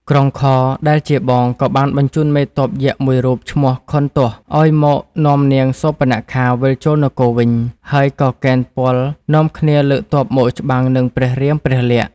ក្រុងខរ ដែលជាបង ក៏បានបញ្ជូនមេទ័ពយក្សមួយរូប ឈ្មោះ ខុនទសណ៍ ឱ្យមកនាំនាងសូរបនខា វិលចូលនគរវិញ ហើយក៏កេណ្ឌពលនាំគ្នាលើកទ័ពមកច្បាំងនឹង ព្រះរាមព្រះលក្សណ៍ ។